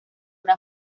una